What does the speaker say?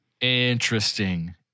Interesting